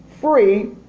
free